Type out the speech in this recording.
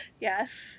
yes